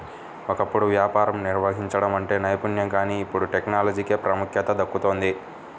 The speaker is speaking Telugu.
ఒకప్పుడు వ్యాపారం నిర్వహించడం అంటే నైపుణ్యం కానీ ఇప్పుడు టెక్నాలజీకే ప్రాముఖ్యత దక్కుతోంది